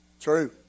True